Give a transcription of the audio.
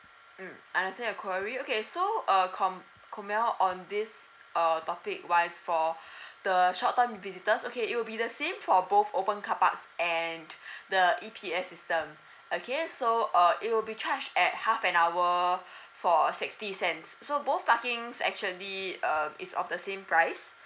mm understand your query okay so uh com lkomil on this uh topic wise for the short term visitors okay it will be the same for both open carparks and the E P S system okay so uh it will be charged at half an hour for sixty cents so both parking actually um is of the same price